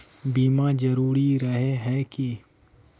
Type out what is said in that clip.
बीमा जरूरी रहे है की?